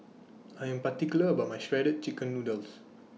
I Am particular about My Shredded Chicken Noodles